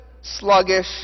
sluggish